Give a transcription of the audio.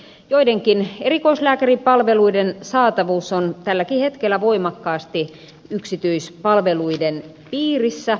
joidenkin erikoislääkäripalveluiden saatavuus on tälläkin hetkellä voimakkaasti yksityispalveluiden piirissä